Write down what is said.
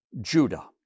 Judah